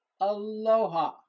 Aloha